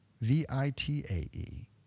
V-I-T-A-E